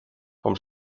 vom